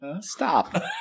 stop